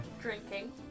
Drinking